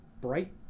bright